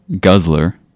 Guzzler